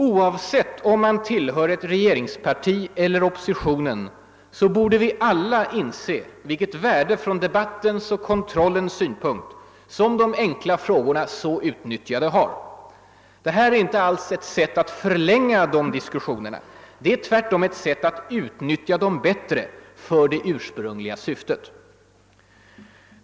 Oavsett om vi tillhör regeringsparti eller opposition borde vi alla inse vilket värde från debattens och kontrollens synpunkt de enkla frågorna, så utnyttjade, har. Det här är inte alls fråga om ett sätt att förlänga diskussionerna — det gäller tvärtom ett sätt att bättre utnyttja frågeinstitutet för det ursprungliga syftet.